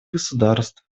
государств